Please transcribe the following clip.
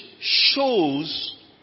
shows